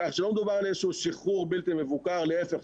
לא מדובר על איזשהו שחרור בלתי מבוקר אלא להיפך,